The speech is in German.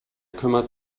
kümmert